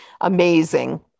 amazing